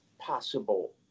possible